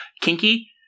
kinky